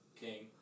king